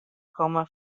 komme